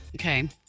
Okay